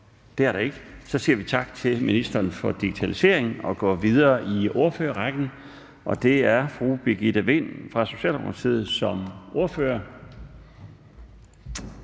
Det er der ikke. Så siger vi tak til ministeren for digitalisering og går videre til ordførerrækken. Det er først fru Birgitte Vind fra Socialdemokratiet som ordfører.